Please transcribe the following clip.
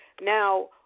now